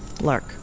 Lark